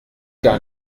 gar